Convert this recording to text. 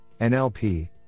nlp